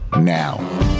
now